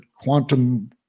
quantum